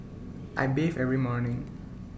I bathe every morning